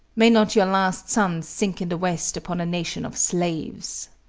may not your last sun sink in the west upon a nation of slaves.